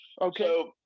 Okay